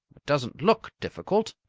it doesn't look difficult,